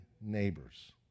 neighbors